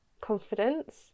confidence